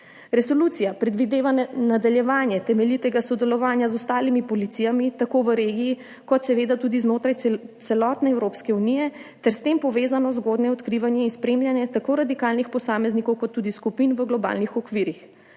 Resolucija predvideva nadaljevanje temeljitega sodelovanja z ostalimi policijami tako v regiji kot seveda tudi znotraj celotne Evropske unije ter s tem povezano zgodnje odkrivanje in spremljanje tako radikalnih posameznikov kot tudi skupin v globalnih okvirih.